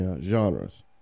genres